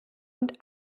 und